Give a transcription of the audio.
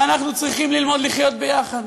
ואנחנו צריכים ללמוד לחיות ביחד.